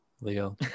Leo